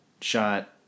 shot